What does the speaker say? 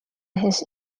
his